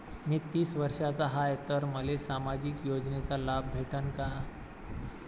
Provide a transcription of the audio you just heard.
मी तीस वर्षाचा हाय तर मले सामाजिक योजनेचा लाभ भेटन का?